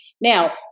Now